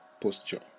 posture